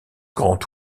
grand